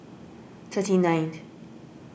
thirty ninth